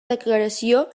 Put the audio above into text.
declaració